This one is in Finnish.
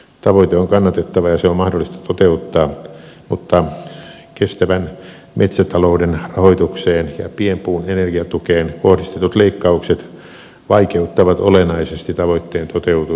tavoite on kannatettava ja se on mahdollista toteuttaa mutta kestävän metsätalouden rahoitukseen ja pienpuun energiatukeen kohdistetut leikkaukset vaikeuttavat olennaisesti tavoitteen toteutumista